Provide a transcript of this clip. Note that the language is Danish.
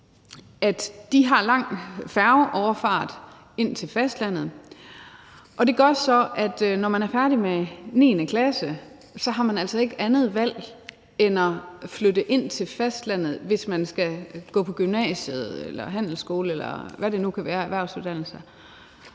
at de har lang færgeoverfart ind til fastlandet, og det gør så, at når man er færdig med 9. klasse, har man altså ikke andet valg end at flytte ind til fastlandet, hvis man skal gå på gymnasiet eller handelsskole – eller hvad det nu kan være – eller erhvervsuddannelser,